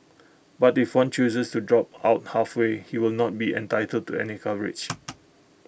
but if one chooses to drop out halfway he will not be entitled to any coverage